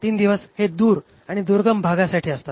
३ दिवस हे दूर आणि दुर्गम भागासाठी लागतात